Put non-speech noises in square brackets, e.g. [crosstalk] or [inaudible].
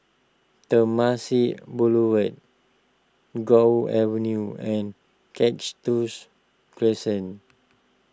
Temasek Boulevard Guok Avenue and Catch [unintelligible] Crescent